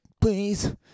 please